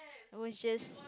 it was just